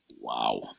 Wow